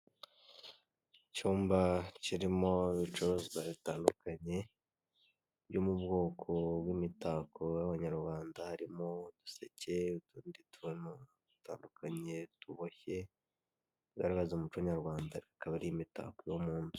Icyumba kirimo ibicuruzwa bitandukanye byo mu bwoko bw'imitako y'abanyarwanda, harimo uduseke, utundi tuntu dutandukanye tuboshye bigaragaza umuco nyarwanda, akaba ari imitako yo mu nzu.